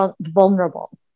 vulnerable